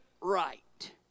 right